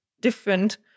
different